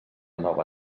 nova